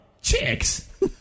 Chicks